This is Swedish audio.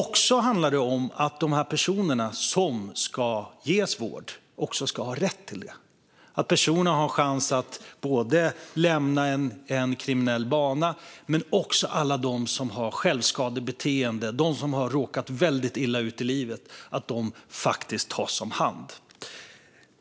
Det handlar också om att de personer som ska ges vård också ska få vård och en chans att lämna en kriminell bana. Det handlar också om att de som har självskadebeteenden och som har råkat illa ut i livet tas om hand.